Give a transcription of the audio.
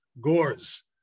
gores